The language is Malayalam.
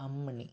അമ്മിണി